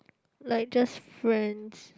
like just friends